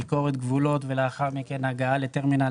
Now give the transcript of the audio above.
ביקורת גבולות ולאחר מכן הגעה לטרמינל